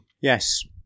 Yes